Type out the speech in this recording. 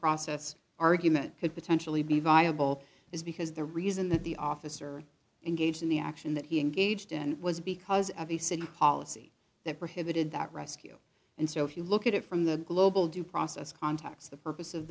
process argument could potentially be viable is because the reason that the officer and gauged in the action that he engaged in was because of a city policy that prohibited that rescue and so if you look at it from the global due process context the purpose of